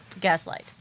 Gaslight